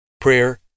prayer